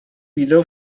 widzę